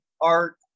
art